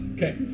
Okay